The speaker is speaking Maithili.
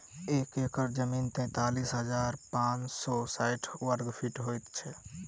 एक एकड़ जमीन तैँतालिस हजार पाँच सौ साठि वर्गफीट होइ छै